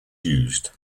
used